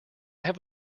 have